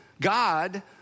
God